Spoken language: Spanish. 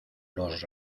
los